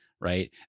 right